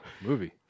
Movie